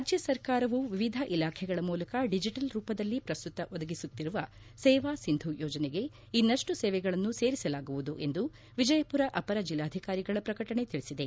ರಾಜ್ಯ ಸರ್ಕಾರವು ವಿವಿಧ ಇಲಾಖೆಗಳ ಮೂಲಕ ಡಿಜಿಟಲ್ ರೂಪದಲ್ಲಿ ಪ್ರಸ್ತುತ ಒದಗಿಸುತ್ತಿರುವ ಸೇವಾ ಸಿಂಧು ಯೋಜನೆಗೆ ಇನ್ನಷ್ಟು ಸೇವೆಗಳನ್ನು ಸೇರಿಸಲಾಗುವುದು ಎಂದು ವಿಜಯಪುರ ಅಪರ ಜಿಲ್ಲಾಧಿಕಾರಿಗಳ ಪ್ರಕಟಣೆ ತಿಳಿಸಿದೆ